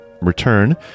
return